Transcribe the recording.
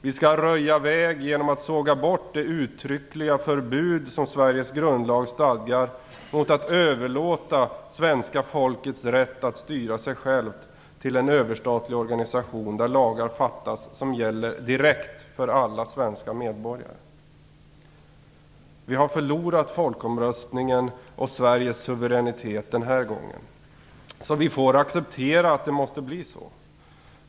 Vi skall röja väg genom att såga bort det uttryckliga förbud som Sveriges grundlag stadgar mot att överlåta svenska folkets rätt att styra sig självt till en överstatlig organisation, där lagar fattas som gäller direkt för alla svenska medborgare. Vi har förlorat folkomröstningen och Sveriges suveränitet, den här gången, så vi får acceptera att det måste bli så.